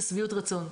של שביעות רצון.